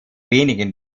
wenigen